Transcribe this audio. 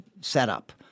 setup